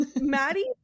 maddie